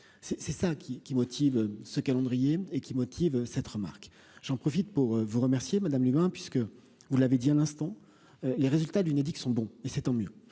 c'est ça qui qui motive ce calendrier et qui motive cette remarque, j'en profite pour vous remercier, madame l'humain puisque vous l'avez dit à l'instant, les résultats, l'Unédic sont bons et c'est tant mieux,